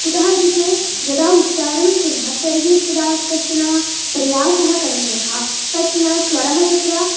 कुतः इति चेत् यदा उच्चारणं कुर्मः तर्हि तदा कश्चन प्रयासः करणीयः कश्चन स्वरः तत्र